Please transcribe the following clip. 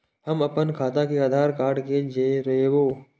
हम अपन खाता के आधार कार्ड के जोरैब?